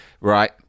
right